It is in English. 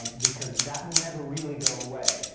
um because that will never really go away.